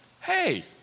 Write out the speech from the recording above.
Hey